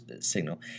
signal